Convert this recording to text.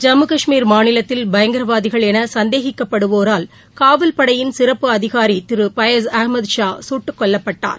ஜம்மு கஷ்மீர் மாநிலத்தில் பயங்கரவாதிகள் என சந்தேகிக்கப்படுவோரால் காவல்படையின் சிறப்பு அதிகாரி திரு பயஸ் அகமது ஷா சுட்டுக் கொல்லப்பட்டார்